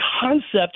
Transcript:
concept